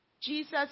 Jesus